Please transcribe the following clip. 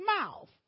mouth